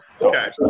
Okay